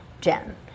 Jen